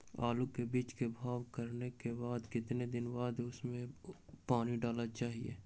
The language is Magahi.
आलू के बीज के भाव करने के बाद कितने दिन बाद हमें उसने पानी डाला चाहिए?